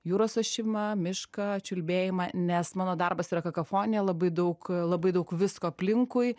jūros ošimą mišką čiulbėjimą nes mano darbas yra kakofonija labai daug labai daug visko aplinkui